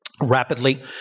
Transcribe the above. rapidly